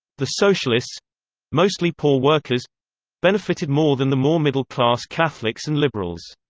the socialists mostly poor workers benefited more than the more middle class catholics and liberals.